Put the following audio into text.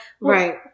right